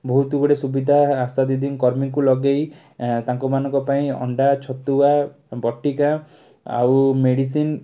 ବହୁତ ଗୁଡ଼ିଏ ସୁବିଧା ଆଶାଦିଦି କର୍ମୀଙ୍କୁ ଲଗାଇ ଏ ତାଙ୍କମାନଙ୍କ ପାଇଁ ଅଣ୍ଡା ଛତୁଆ ବଟିକା ଆଉ ମେଡ଼ିସିନ୍